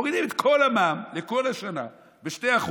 אם מורידים את כל המע"מ לכל השנה ב-2%,